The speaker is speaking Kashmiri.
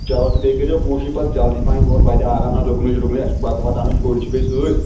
چلو تہٕ بیٚیہِ کٔرۍزیو کوٗشِش پَتہٕ جلدی پہنۍ یور واتہِ آرام سان رُکنٕچ رُکنٕچ اَسہِ چھُ بتہٕ وتہٕ آسان شُرۍ چھِ بیٚیہِ سۭتۍ